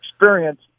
experience